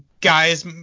guys